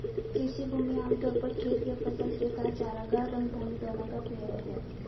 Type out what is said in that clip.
कृषि भूमि आम तौर पर खेत या फसल के साथ चरागाह, रंगभूमि दोनों का पर्याय है